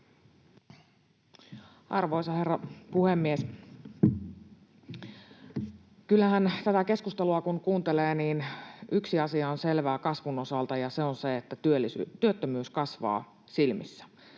Arvoisa herra puhemies! Kyllähän tätä keskustelua kun kuuntelee, yksi asia on selvää kasvun osalta, ja se on se, että työttömyys kasvaa silmissä.